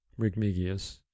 Rigmigius